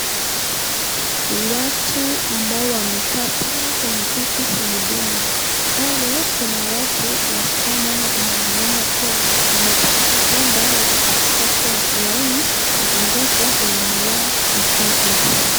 Watu ambao wamekaa pale kwenye viti za huduma. Pale kuna watu wasichana na kuna wanaume wakiwa wamekua, huenda wako katikati ya laini wakingoja awamu yao ifike.